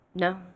No